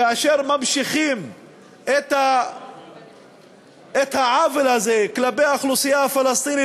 כאשר ממשיכים את העוול הזה כלפי האוכלוסייה הפלסטינית,